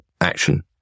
action